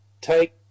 take